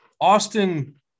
Austin